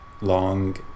long